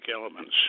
elements